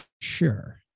sure